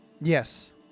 Yes